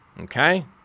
okay